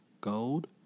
gold